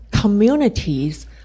communities